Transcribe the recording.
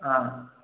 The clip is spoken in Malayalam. ആ